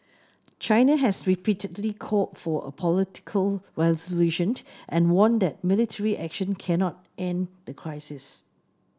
China has repeatedly called for a political resolution and warned that military action cannot end the crisis